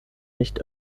nicht